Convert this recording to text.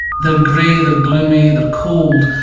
they're grey, they're gloomy, they're cold.